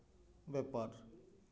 ᱵᱮᱯᱟᱨ